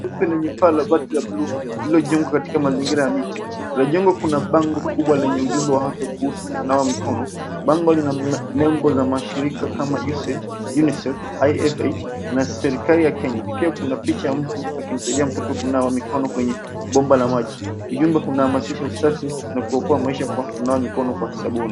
Choo lenye paa la bati ya buluu lililojengwa katika mazingira ya miti. Kwa jengo kuna bango kubwa lenye ujumbe wa afya kuhusu kunawa mikono. Bango lina nembo za mashirika kama USAID, UNICEF, IFH na serikali ya Kenya. Pia kuna picha ya mtu akimsaidia mtoto kunawa mikono kwenye bomba la maji. Ujumbe unahamasisha usafi na kuokoa maisha kwa kunawa mikono kwa sabuni.